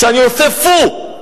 כשאני עושה פו,